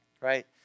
Right